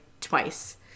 twice